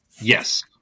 Yes